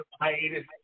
hiatus